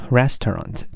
restaurant